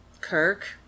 Kirk